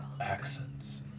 Accents